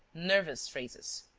nervous phrases